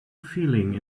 feeling